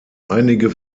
einige